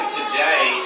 today